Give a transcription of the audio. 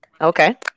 Okay